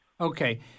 Okay